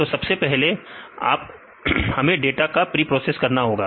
तो सबसे पहले हमें डाटा को फ्रीप्रोसेस करना होगा